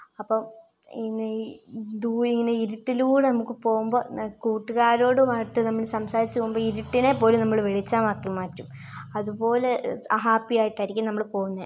അപ്പം ഇനി ദൂരിങ്ങനെ ഇരുട്ടിലൂടെ നമുക്ക് പോകുമ്പം കൂട്ടുകാരോടുമായിട്ട് നമ്മൾ സംസാരിച്ച് പോകുമ്പം ഇരുട്ടിനേപ്പോലും നമ്മൾ വെളിച്ചമാക്കി മാറ്റും അതുപോലെ ഹാപ്പി ആയിട്ടായിരിക്കും നമ്മൾ പോകുന്നത്